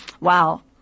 Wow